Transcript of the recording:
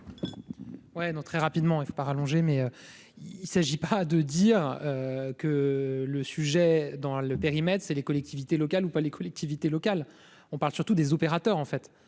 très rapidement, et pas rallonger mais il s'agit pas de dire que le sujet dans le périmètre, c'est les collectivités locales ou pas, les collectivités locales, on parle surtout des opérateurs en fait